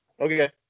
Okay